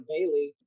Bailey